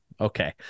Okay